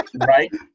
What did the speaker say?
right